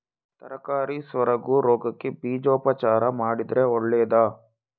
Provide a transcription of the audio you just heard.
ತರಕಾರಿ ಸೊರಗು ರೋಗಕ್ಕೆ ಬೀಜೋಪಚಾರ ಮಾಡಿದ್ರೆ ಒಳ್ಳೆದಾ?